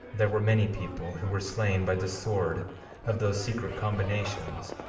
there were many people who were slain by the sword of those secret combinations,